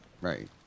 Right